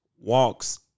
walks